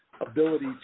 ability